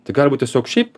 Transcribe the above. tai gali būt tiesiog šiaip